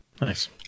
Nice